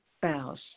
spouse